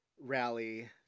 rally